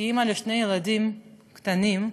כאימא לשני ילדים קטנים,